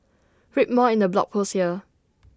read more in the blog post here